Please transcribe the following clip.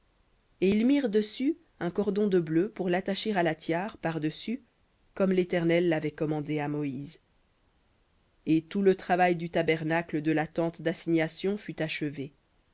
et ils mirent dessus un cordon de bleu pour l'attacher à la tiare par-dessus comme l'éternel l'avait commandé à moïse et tout le travail du tabernacle de la tente d'assignation fut achevé